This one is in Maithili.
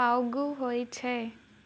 बाउग होइ छै